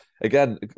again